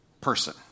Person